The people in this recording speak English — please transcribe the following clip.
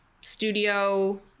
studio